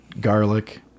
garlic